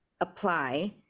apply